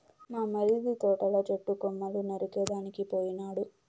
మా మరిది తోటల చెట్టు కొమ్మలు నరికేదానికి పోయినాడు